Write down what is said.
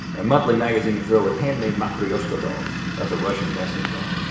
a monthly magazine and filled with handmade matryoshka dolls. that's a russian nesting doll.